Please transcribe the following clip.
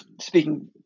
speaking